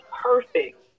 perfect